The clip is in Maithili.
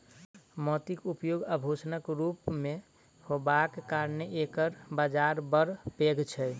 मोतीक उपयोग आभूषणक रूप मे होयबाक कारणेँ एकर बाजार बड़ पैघ छै